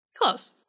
close